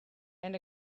and